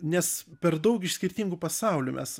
nes per daug iš skirtingų pasaulių mes